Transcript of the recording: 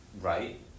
right